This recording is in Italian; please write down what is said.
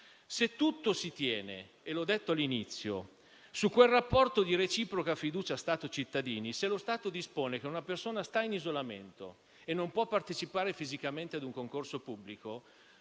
se tutto si tiene - l'ho detto all'inizio - su quel rapporto di reciproca fiducia Stato-cittadini, se lo Stato dispone che una persona sta in isolamento e non può partecipare fisicamente ad un concorso pubblico,